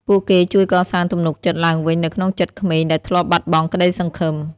ពួកគេជួយកសាងទំនុកចិត្តឡើងវិញនៅក្នុងចិត្តក្មេងដែលធ្លាប់បាត់បង់ក្ដីសង្ឃឹម។